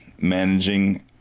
managing